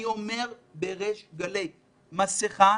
אני אומר בריש גלי: מסכה,